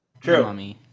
true